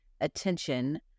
Attention